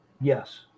Yes